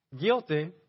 guilty